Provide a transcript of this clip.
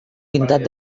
pintat